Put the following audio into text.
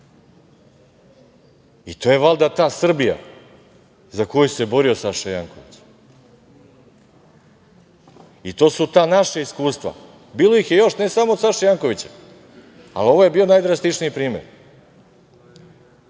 je valjda ta Srbija za koju se borio Saša Janković i to su ta naša iskustva. Bilo ih je još ne samo od Saše Jankovića, ali ovo je bio najdrastičniji primer